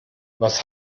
was